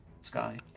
Sky